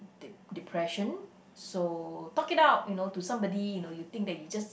dep~ depression so talk it out you know to somebody you think that you just